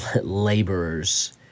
laborers